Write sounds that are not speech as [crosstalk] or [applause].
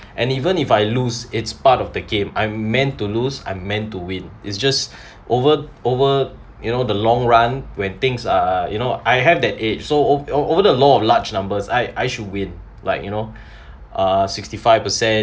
and even if I lose it's part of the game I'm meant to lose I'm meant to win it's just [breath] over over you know the long run when things uh you know I have that edge so o~ over the law of large numbers I I should win like you know uh sixty five percent